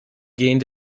gained